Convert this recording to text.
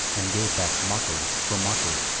and gave back mockery for mockery.